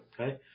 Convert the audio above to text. Okay